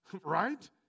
right